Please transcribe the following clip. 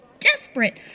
desperate